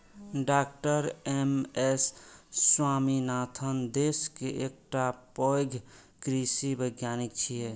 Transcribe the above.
डॉ MS Swaminathan देश के एकटा पैघ कृषि वैज्ञानिक छियै